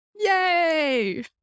Yay